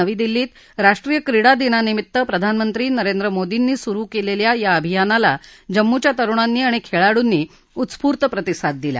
नवी दिल्लीत राष्ट्रीय क्रीडा दिनानिमित्त प्रधानमंत्री नरेंद्र मोर्दीनी सुरू केलेल्या या अभियानाला जम्मूच्या तरुणांनी आणि खेळाडूंनी उत्स्फूर्त प्रतिसाद दिला